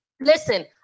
listen